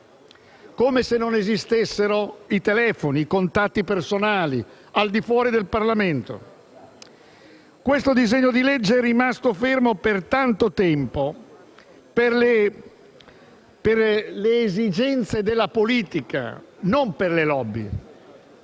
come se non esistessero i telefoni e i contatti personali al di fuori del Parlamento. Il disegno di legge in discussione è rimasto fermo per tanto tempo per le esigenze della politica, non per le *lobby*.